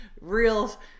real